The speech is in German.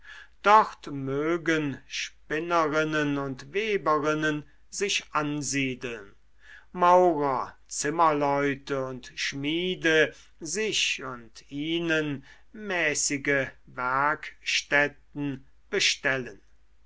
dort mögen spinnerinnen und weberinnen sich ansiedeln maurer zimmerleute und schmiede sich und ihnen mäßige werkstätten bestellen